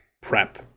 prep